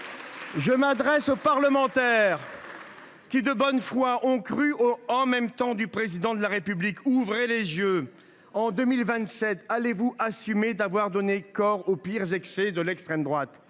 Je m’adresse aux parlementaires qui, de bonne foi, ont cru au « en même temps » du Président de la République. Ouvrez les yeux ! En 2027, assumerez vous d’avoir donné corps aux pires excès de l’extrême droite ?